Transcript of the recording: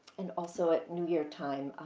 and also, at new year time,